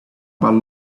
about